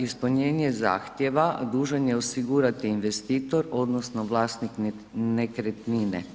Ispunjenje zahtjeva dužan je osigurati investitor odnosno vlasnik nekretnine.